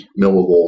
millivolts